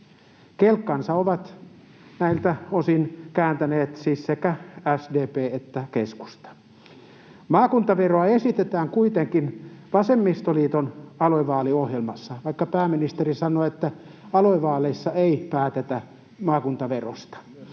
Kelkkansa ovat näiltä osin kääntäneet siis sekä SDP että keskusta. Maakuntaveroa esitetään kuitenkin vasemmistoliiton aluevaaliohjelmassa, vaikka pääministeri sanoi, että aluevaaleissa ei päätetä maakuntaverosta.